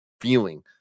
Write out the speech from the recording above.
feeling